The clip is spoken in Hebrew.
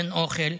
אין אוכל.